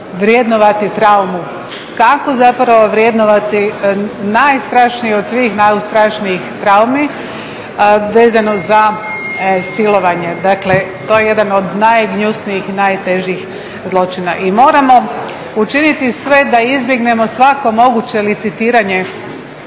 vrednovati traume, kako zapravo vrednovati najstrašniju od svih najstrašnijih traumi vezano za silovanje. Dakle, to je jedan od najgnjusnijih i najtežih zločina. I moramo učiniti sve da izbjegnemo svako moguće licitiranje